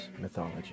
mythology